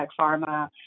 pharma